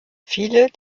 viele